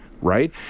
Right